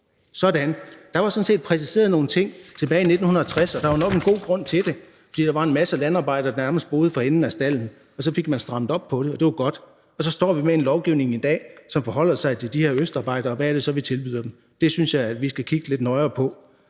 Sådan! Der var sådan set præciseret nogle ting tilbage i 1960, og der var nok en god grund til det, fordi der var en masse landarbejdere, der nærmest boede for enden af stalden, og så fik man strammet op på det, og det var godt. Og så står vi med en lovgivning i dag, som forholder sig til de her østarbejdere, og hvad er det så, vi tilbyder dem? Det synes jeg vi skal kigge lidt nøjere på.